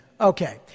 Okay